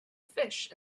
fish